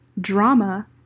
drama